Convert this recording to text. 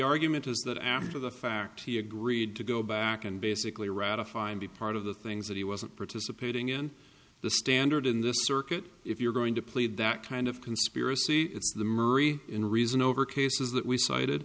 argument is that after the fact he agreed to go back and basically ratify and be part of the things that he wasn't participating in the standard in this circuit if you're going to plead that kind of conspiracy it's the memory in reason over cases that we cited